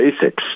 basics